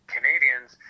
Canadians